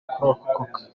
kurokoka